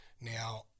Now